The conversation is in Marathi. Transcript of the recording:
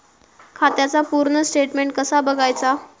खात्याचा पूर्ण स्टेटमेट कसा बगायचा?